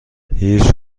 هیچ